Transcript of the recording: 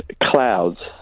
clouds